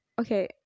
okay